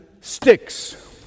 sticks